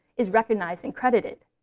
is recognized and credited.